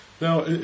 Now